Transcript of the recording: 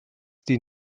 die